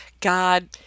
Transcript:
God